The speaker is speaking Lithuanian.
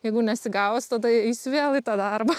jeigu nesigaus tada eisiu vėl į tą darbą